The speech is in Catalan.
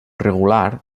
regular